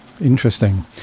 Interesting